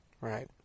Right